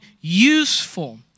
useful